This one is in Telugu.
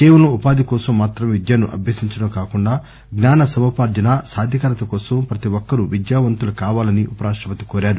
కేవలం ఉపాధి కోసం మాత్రమే విద్యను అభ్యసించడం కాకుండా జ్ఞాన సముపార్లన సాధికారత కోసం ప్రతి ఒక్కరు విద్యావంతులు కావాలని ఉపరాష్టపతి అన్నారు